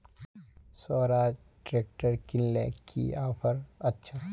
Swaraj tractor किनले की offer अच्छा?